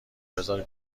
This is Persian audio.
بذار